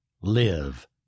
live